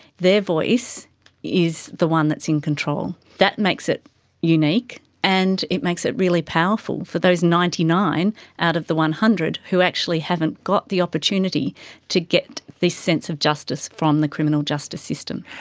their voice is the one that's in control. that makes it unique and it makes it really powerful for those ninety nine out of the one hundred who actually haven't got the opportunity to get this sense of justice from the criminal justice system.